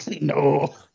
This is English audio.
no